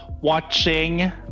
watching